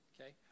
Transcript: okay